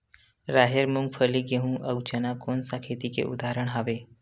राहेर, मूंगफली, गेहूं, अउ चना कोन सा खेती के उदाहरण आवे?